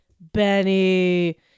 Benny